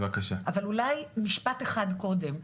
אבל אולי משפט אחד קודם,